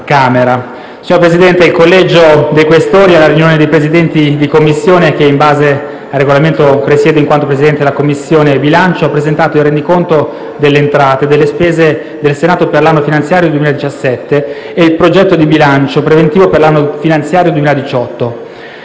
Signor Presidente, alla riunione dei Presidenti di Commissione (che, in base al Regolamento, presiedo in quanto Presidente della Commissione bilancio) il Collegio dei Questori ha presentato il rendiconto delle entrate e delle spese del Senato per l'anno finanziario 2017 e il progetto di bilancio preventivo per l'anno finanziario 2018.